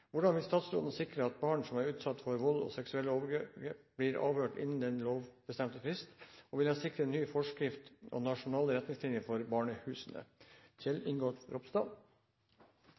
Hvordan vil han sikre at barn som er utsatt for vold og seksuelle overgrep, blir avhørt innen den lovbestemte fristen? Og vil han sikre en ny forskrift og nasjonale retningslinjer for barnehusene?